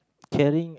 carrying